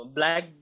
Black